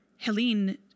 Helene